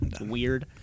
Weird